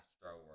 Astro